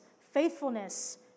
faithfulness